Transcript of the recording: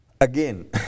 again